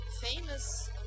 famous